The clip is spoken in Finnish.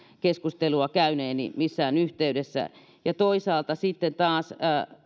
keskustelua käyneeni missään yhteydessä toisaalta sitten taas